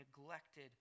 neglected